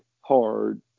hard